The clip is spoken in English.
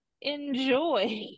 enjoy